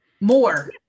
More